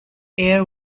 air